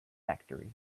factory